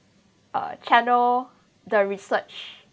uh channel the research